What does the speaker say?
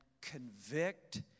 convict